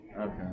okay